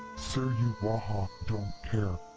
suruwaha don't care.